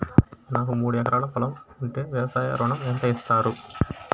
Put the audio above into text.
నాకు మూడు ఎకరాలు పొలం ఉంటే వ్యవసాయ ఋణం ఎంత ఇస్తారు?